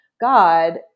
God